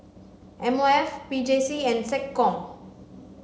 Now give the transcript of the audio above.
M O F P J C and SecCom